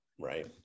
Right